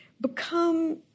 become